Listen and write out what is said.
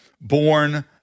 born